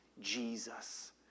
Jesus